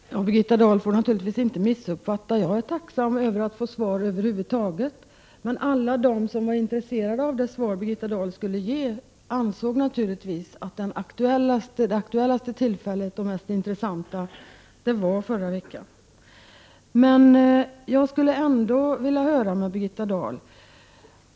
Fru talman! Birgitta Dahl får naturligtvis inte missuppfatta mig. Jag är tacksam för att över huvud taget få svar. Men alla som var intresserade av det svar som Birgitta Dahl skulle ge ansåg naturligtvis att det mest aktuella och mest intressanta tillfället var förra veckan. Jag skulle ändå vilja ställa en fråga till Birgitta Dahl.